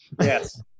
Yes